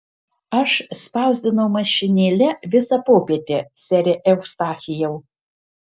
aš spausdinau mašinėle visą popietę sere eustachijau